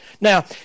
Now